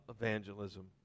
evangelism